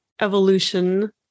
evolution